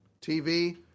TV